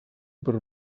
per